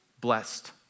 Blessed